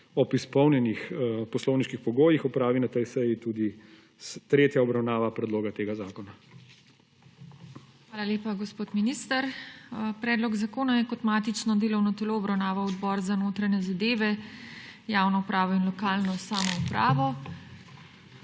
ob izpolnjenih poslovniških pogojih opravi na tej seji tudi tretja obravnava predloga tega zakona. **PODPREDSEDNICA TINA HEFERLE:** Hvala lepa, gospod minister. Predlog zakona je kot matično delovno telo obravnaval Odbor za notranje zadeve, javno upravo in lokalno samoupravo.